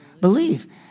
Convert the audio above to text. Believe